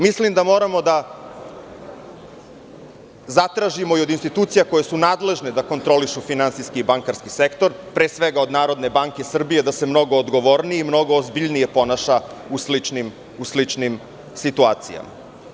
Mislim da moramo da zatražimo i od institucija koje su nadležne da kontrolišu finansijski i bankarski sektor, pre svega od NBS da se mnogo odgovornije i ozbiljnije ponaša u sličnim situacijama.